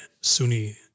Sunni